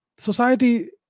Society